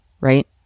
right